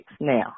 Now